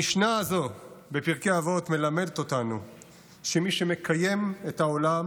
המשנה הזו בפרקי אבות מלמדת אותנו שמי שמקיים את העולם